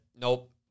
nope